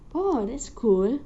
oh that's cool